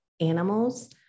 animals